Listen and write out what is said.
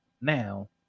now